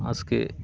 আজকে